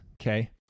okay